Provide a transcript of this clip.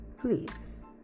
please